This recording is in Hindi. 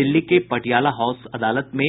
दिल्ली के पटियाला हाउस अदालत में